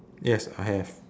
yes I have